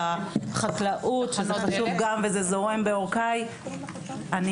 לחקלאות שזה חשוב וזה זורם בעורקיי אני